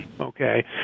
Okay